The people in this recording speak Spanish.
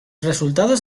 resultados